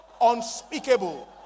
unspeakable